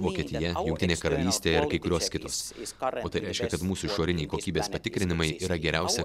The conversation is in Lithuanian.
vokietija jungtinė karalystė ir kai kurios kitos o tai reiškia kad mūsų išoriniai kokybės patikrinimai yra geriausia